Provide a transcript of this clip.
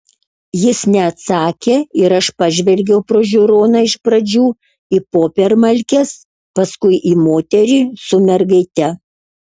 jis neatsakė ir aš pažvelgiau pro žiūroną iš pradžių į popiermalkes paskui į moterį su mergaite